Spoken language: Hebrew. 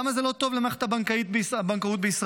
למה זה לא טוב למערכת הבנקאות בישראל?